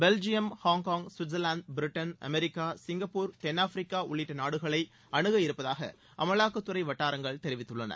Belgium Hong Kong Switzerland Britain America Singapore தென்னாப்பிரிக்கா உள்ளிட்ட நாடுகளை அனுக இருப்பதாக அமலாக்கத்துறை வட்டாரங்கள் தெரிவித்துள்ளன